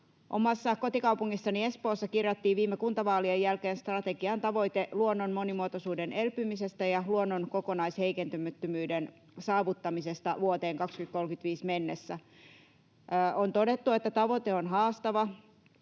Omassa kotikaupungissani Espoossa kirjattiin viime kuntavaalien jälkeen strategian tavoite luonnon monimuotoisuuden elpymisestä ja luonnon kokonaisheikentymättömyyden saavuttamisesta vuoteen 2035 mennessä. On todettu, että tavoite on haastava